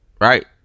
Right